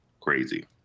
Crazy